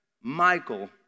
Michael